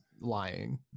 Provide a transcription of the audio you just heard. lying